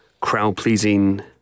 crowd-pleasing